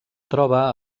troba